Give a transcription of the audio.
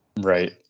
Right